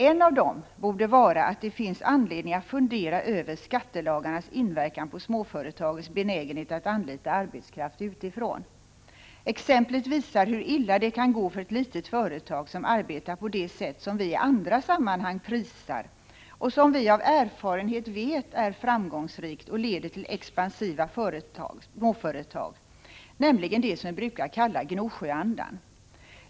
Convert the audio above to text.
En av dem borde vara att det finns anledning att fundera över skattelagarnas inverkan på småföretagens benägenhet att anlita arbetskraft utifrån. Exemplet visar hur illa det kan gå för ett litet företag som arbetar på det sätt som vi i andra sammanhang prisar och som vi av erfarenhet vet är framgångsrikt och leder till expansiva småföretag, nämligen det vi brukar kalla Gnosjöandan.